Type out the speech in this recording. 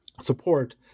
support